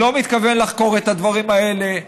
לא מתכוון לחקור את הדברים האלה.